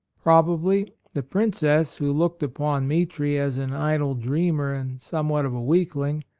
probably the princess, who looked upon mitri as an idle dreamer and somewhat of a weakling,